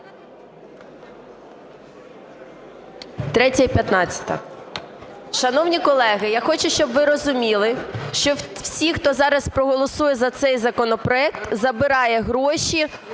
і 15-а. Шановні колеги, я хочу, щоб ви розуміли, що всі, хто зараз проголосує за цей законопроект, забирає гроші